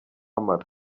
amara